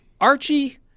Archie